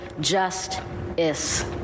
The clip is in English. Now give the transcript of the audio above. just-is